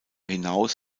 hinaus